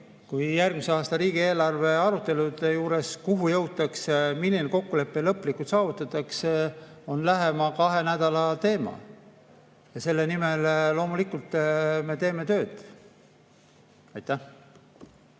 ka järgmise aasta riigieelarve arutelude juures. Kuhu jõutakse, milline kokkulepe lõplikult saavutatakse, on lähema kahe nädala teema. Ja selle nimel loomulikult me teeme tööd. Aitäh!